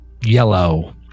yellow